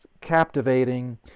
captivating